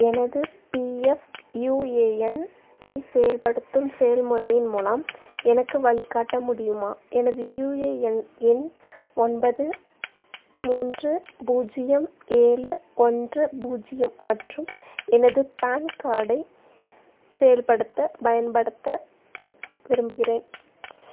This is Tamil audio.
எனது பிஎஃப் யுஏஎன் ஐ செயல்படுத்தும் செயல்முறையின் மூலம் எனக்கு வழிகாட்ட முடியுமா எனது யுஏஎன் எண் ஒன்பது மூன்று பூஜ்ஜியம் ஏழு ஒன்று பூஜ்ஜியம் மற்றும் எனது பேன் கார்டை செயல்படுத்த பயன்படுத்த விரும்புகிறேன்